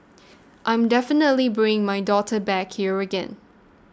I'm definitely bringing my daughter back here again